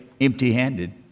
empty-handed